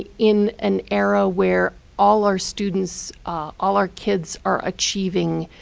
in an era where all our students all our kids are achieving